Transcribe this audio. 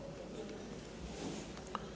Hvala.